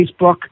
Facebook